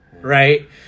right